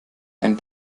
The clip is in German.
ein